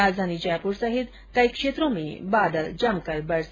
राजधानी जयप्र संहित कई क्षेत्रों में बादल बरसे